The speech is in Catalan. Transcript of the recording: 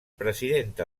presidenta